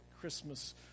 Christmas